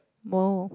whoa